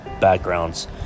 backgrounds